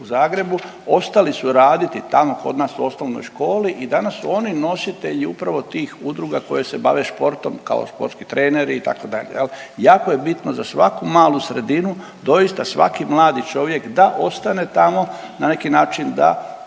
u Zagrebu, ostali su raditi tamo kod nas u osnovnoj školi i danas su oni nositelji upravo tih udruga koje se bave športom, kao športski treneri, itd. Jako je bitno za svaku malu sredinu, doista svaki mladi čovjek da ostane tamo na neki način da